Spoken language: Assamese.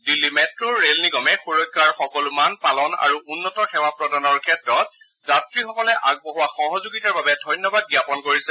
দিল্লী মেট্ট ৰেল নিগমে সুৰক্ষাৰ সকলো মান পালন আৰু উন্নত সেৱা প্ৰদানৰ ক্ষেত্ৰত যাত্ৰীসকলে আগবঢ়োৱা সহযোগিতাৰ বাবে ধন্যবাদ জ্ঞাপন কৰিছে